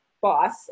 boss